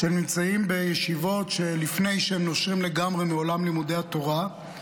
הם נמצאים בישיבות לפני שהם נושרים לגמרי מעולם לימודי התורה.